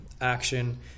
action